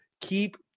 keep